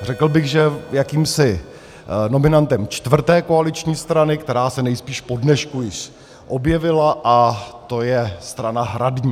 Řekl bych, že je jakýmsi nominantem čtvrté koaliční strany, která se nejspíš po dnešku již objevila, a to je strana hradní.